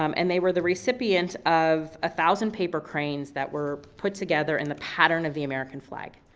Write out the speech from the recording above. um and they were the recipients of a thousand paper cranes that were put together in the pattern of the american flag.